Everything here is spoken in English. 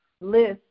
list